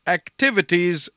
activities